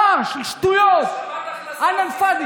פארש, שטויות, כלאם פאדי.